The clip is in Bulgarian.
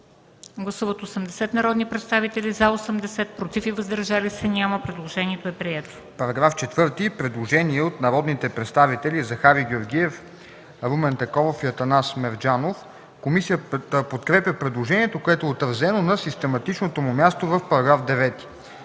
Гласували 80 народни представители: за 80, против и въздържали се няма. Предложението е прието. ДОКЛАДЧИК МАРТИН ДИМИТРОВ: По § 4 – предложение от народните представители Захари Георгиев, Румен Такоров и Атанас Мерджанов. Комисията подкрепя предложението, което е отразено на систематичното му място в § 9.